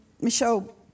Michelle